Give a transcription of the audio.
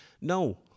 No